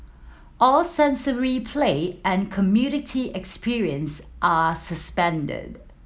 all sensory play and community experience are suspended